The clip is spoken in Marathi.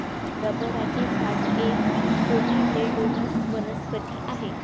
रबराचे झाड एक कोटिलेडोनस वनस्पती आहे